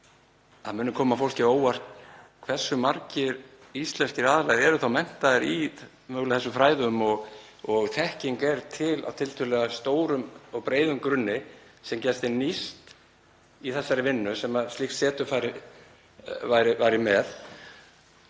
það myndi koma fólki á óvart hversu margir íslenskir aðilar eru þó menntaðir í þessum fræðum og þekking til á tiltölulega stórum og breiðum grunni sem gæti nýst í þeirri vinnu sem slíkt setur væri með.